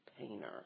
painter